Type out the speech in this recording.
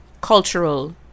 cultural